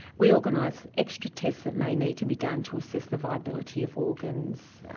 we organise extra tests that may need to be done to assist the viability of organs.